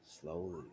slowly